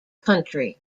country